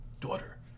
daughter